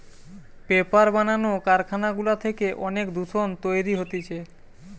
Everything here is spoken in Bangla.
পেপার বানানো কারখানা গুলা থেকে অনেক দূষণ তৈরী হতিছে